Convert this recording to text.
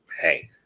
hey